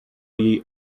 jej